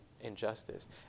injustice